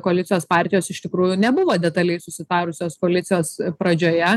koalicijos partijos iš tikrųjų nebuvo detaliai susitarusios koalicijos pradžioje